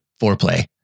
foreplay